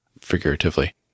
figuratively